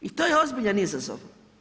I to je ozbiljan izazov.